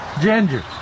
ginger